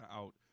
out